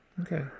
Okay